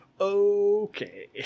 Okay